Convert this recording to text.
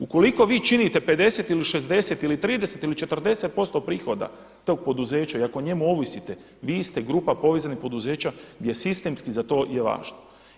Ukoliko vi činite 50 ili 60 ili 30 ili 40% prihoda tog poduzeća i ako o njemu ovisite vi ste grupa povezanih poduzeća gdje sistemski za to je važno.